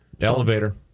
Elevator